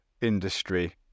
industry